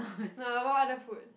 no I want other food